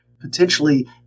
potentially